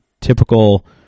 typical